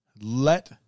Let